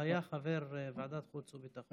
הוא היה חבר ועדת חוץ וביטחון.